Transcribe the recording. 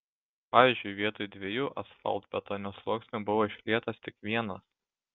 pavyzdžiui vietoj dviejų asfaltbetonio sluoksnių buvo išlietas tik vienas